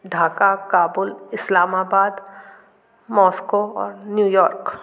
Dhaka Kabul Islamabad Moscow और New York